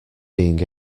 being